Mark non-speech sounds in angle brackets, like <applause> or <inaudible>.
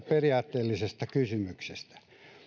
<unintelligible> periaatteellisesta kysymyksestä